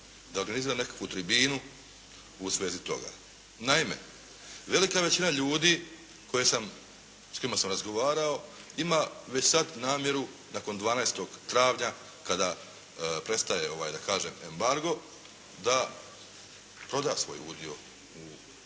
da organiziram nekakvu tribinu u svezi toga. Naime, velika većina ljudi s kojima sam razgovarao ima već sad namjeru nakon 12. travnja kada prestaje da kažem embargo da proda svoj udio.